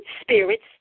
spirits